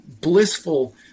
blissful